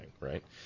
right